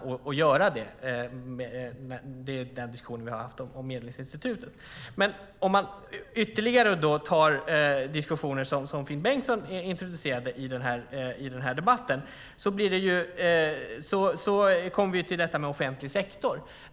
Det gäller den diskussion vi har haft om Medlingsinstitutet. Om vi tittar ytterligare på den diskussion som Finn Bengtsson introducerade i debatten kommer vi till frågan om offentlig sektor.